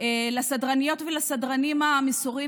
לסדרניות ולסדרנים המסורים,